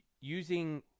using